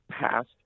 passed